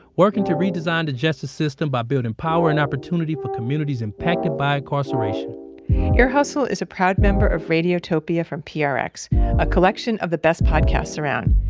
working to redesign the justice system by building power and opportunity for communities impacted by incarceration ear hustle is a proud member of radiotopia from prx, a collection of the best podcasts around.